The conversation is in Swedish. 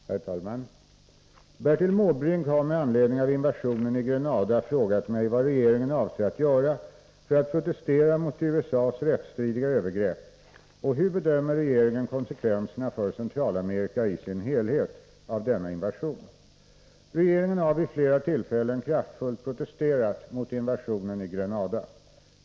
Herr talman! Bertil Måbrink har med anledning av invasionen i Grenada frågat mig vad regeringen avser att göra för att protestera mot USA:s rättsstridiga övergrepp och hur regeringen bedömer konsekvenserna för Centralamerika i sin helhet av denna invasion? Regeringen har vid flera tillfällen kraftfullt protesterat mot invasionen i Grenada.